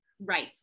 Right